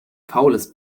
faules